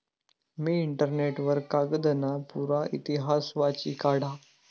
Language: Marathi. मी इंटरनेट वर कागदना पुरा इतिहास वाची काढा